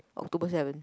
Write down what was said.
October seven